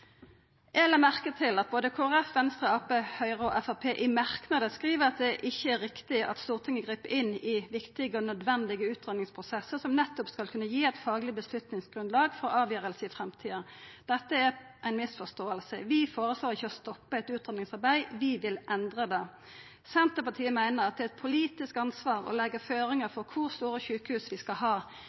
Eg la merke til at både Kristeleg Folkeparti, Venstre, Arbeidarpartiet, Høgre og Framstegspartiet i merknader skriv at det ikkje er riktig at Stortinget grip inn i viktige og nødvendige utgreiingsprosessar som nettopp skal kunna gi eit fagleg grunnlag for avgjerder i framtida. Dette er ei misforståing. Vi føreslår ikkje å stoppa eit utgreiingsarbeid; vi vil endra det. Senterpartiet meiner at det er eit politisk ansvar å leggja føringar for kor store sjukehus vi skal ha